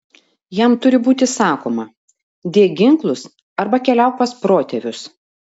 jam turi būti sakoma dėk ginklus arba keliauk pas protėvius